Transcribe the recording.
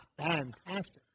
Fantastic